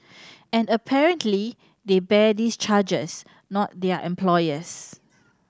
and apparently they bear these charges not their employers